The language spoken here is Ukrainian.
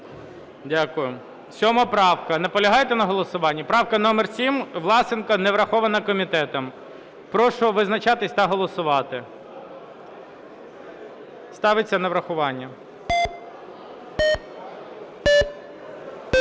Дякую. 7 правка. Наполягаєте на голосуванні? Правка номер 7, Власенко. Неврахована комітетом. Прошу визначатись та голосувати. Ставиться на врахування.